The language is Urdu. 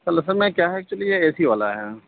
سر اصل میں کیا ہے ایکچوئلی یہ اے سی والا ہے